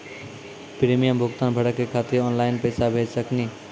Premium भुगतान भरे के खातिर ऑनलाइन पैसा भेज सकनी?